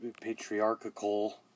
patriarchal